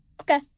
Okay